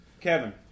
Kevin